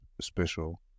special